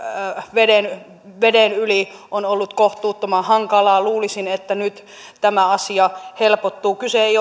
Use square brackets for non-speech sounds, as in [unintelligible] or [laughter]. veden veden yli on ollut kohtuuttoman hankalaa luulisin että nyt tämä asia helpottuu kyse ei [unintelligible]